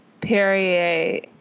Perrier